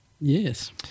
Yes